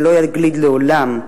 שלא יגליד לעולם,